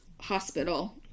hospital